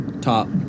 top